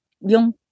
yung